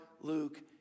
Luke